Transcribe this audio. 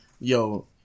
Yo